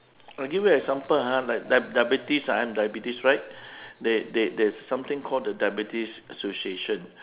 I give you example ah like di~ diabetes ah I have diabetes right there there there is something called the diabetes association